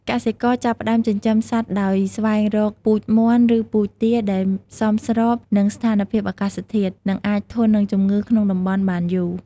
កសិករចាប់ផ្តើមចិញ្ចឹមសត្វដោយស្វែងរកពូជមាន់ ឬពូជទាដែលសមស្របនឹងស្ថានភាពអាកាសធាតុ និងអាចធន់នឹងជំងឺក្នុងតំបន់បានយូរ។